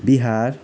Bihar